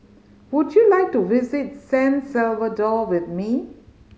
would you like to visit San Salvador with me